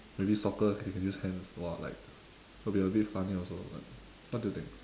maybe soccer I can use hands !wah! like it could be a bit funny also what what do you think